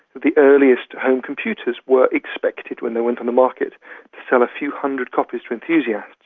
the earliest home computers were expected when they went on the market to sell a few hundred copies to enthusiasts.